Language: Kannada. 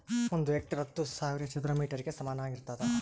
ಒಂದು ಹೆಕ್ಟೇರ್ ಹತ್ತು ಸಾವಿರ ಚದರ ಮೇಟರ್ ಗೆ ಸಮಾನವಾಗಿರ್ತದ